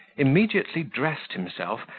immediately dressed himself,